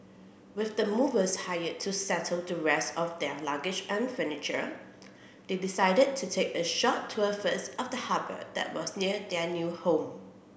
with the movers hired to settle the rest of their luggage and furniture they decided to take a short tour first of the harbour that was near their new home